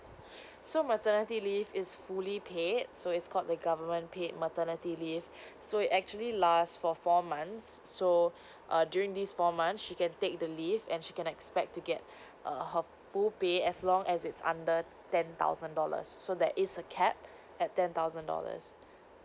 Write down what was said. so maternity leave is fully paid so it's called the government paid maternity leave so it actually last for four months so err during this four months she can take the leave and she can expect to get err her full pay as long as it's under ten thousand dollars so there is a cap at ten thousand dollars